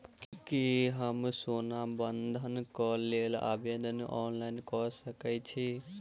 की हम सोना बंधन कऽ लेल आवेदन ऑनलाइन कऽ सकै छी?